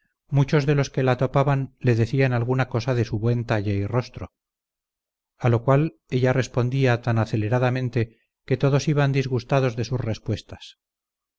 muchos de los que la topaban le decían alguna cosa de su buen talle y rostro a lo cual ella respondía tan aceleradamente que todos iban disgustados de sus respuestas